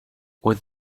would